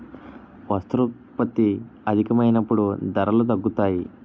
వస్తోత్పత్తి అధికమైనప్పుడు ధరలు తగ్గుతాయి